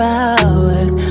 hours